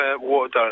water